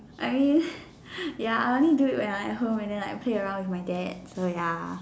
I mean ya I only do it when I'm at home and then I play around with my dad so ya